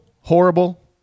horrible